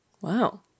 Wow